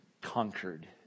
conquered